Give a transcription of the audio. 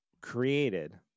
created